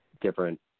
different